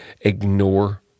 ignore